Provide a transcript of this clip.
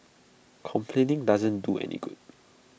complaining doesn't do any good